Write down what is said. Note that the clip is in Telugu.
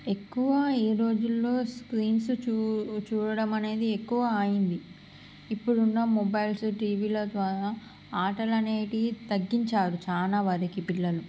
ఎక్కువ ఈ రోజుల్లో స్క్రీన్స్ చూ చూడడం అనేది ఎక్కువ అయ్యింది ఇప్పుడున్న మొబైల్స్ టీవీల ద్వారా ఆటలు అనేటివి తగ్గించారు చాలా వరకు పిల్లలు